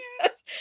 Yes